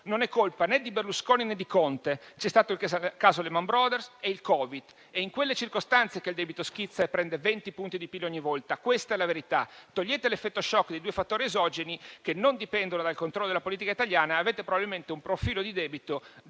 non è colpa né di Berlusconi né di Conte. C'è stato il caso Lehman Brothers e c'è stato il Covid-19. È in quelle circostanze che il debito schizza e prende venti punti di PIL ogni volta. Questa è la verità. Togliete l'effetto *shock* dei due fattori esogeni, che non dipendono dal controllo della politica italiana, e avrete, probabilmente, un profilo di debito